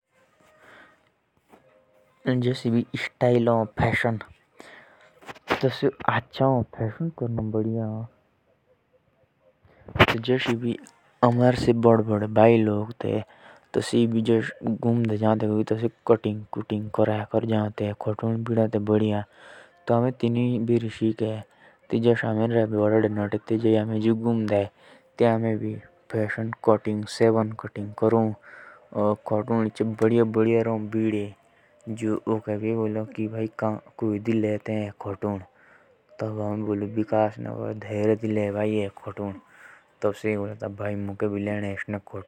जो फैशन भी हो तेतुक आमर दोभो बोल्डे की जो पहनावा ह तो फैशन सेजाइ हो की आचे खोतुन भीडने साफ सुतरे रोडो। ओर बाको देखुनक नये तरीके से तैयार होनो।